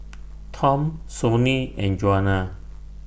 Tom Sonny and Juana